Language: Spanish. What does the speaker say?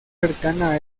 cercana